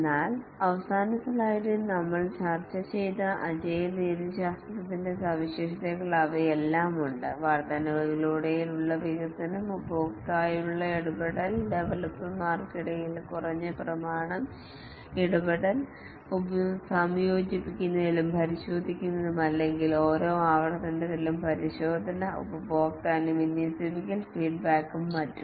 എന്നാൽ അവസാന സ്ലൈഡിൽ നമ്മൾ ചർച്ച ചെയ്ത അജിലെ രീതിശാസ്ത്രത്തിന്റെ സവിശേഷതകൾ അവയെല്ലാം ഉണ്ട് വർദ്ധനവുകളിലൂടെ യുള്ള വികസനം ഉപഭോക്താവുമായുള്ള ഇടപെടൽ ഡവലപ്പർമാർക്കിടയിൽ കുറഞ്ഞ പ്രമാണം ഇടപെടൽ സംയോജിപ്പിക്കുന്നതിലും പരിശോധിക്കുന്നതിലും അല്ലെങ്കിൽ ഓരോ ആവർത്തനത്തിലും പരിശോധന ഉപഭോക്താവിനെ വിന്യസിക്കൽ ഫീഡ്ബാക്കും മറ്റും